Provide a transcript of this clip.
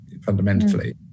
fundamentally